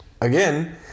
again